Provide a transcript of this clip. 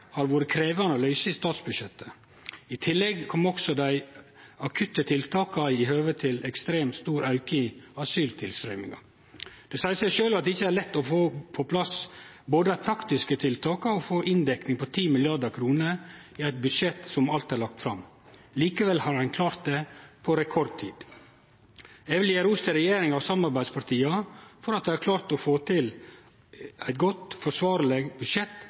har vore krevjande å løyse i statsbudsjettet. I tillegg kom dei akutte tiltaka i samband med ein ekstremt stor auke i asyltilstrøyminga. Det seier seg sjølv at det ikkje er lett både å få på plass dei praktiske tiltaka og å få dekt inn 10 mrd. kr i eit budsjett som alt er lagt fram. Likevel har ein klart det på rekordtid. Eg vil gje regjeringa og samarbeidspartia ros for at dei har klart å få til eit godt, forsvarleg budsjett